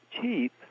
cheap